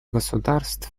государств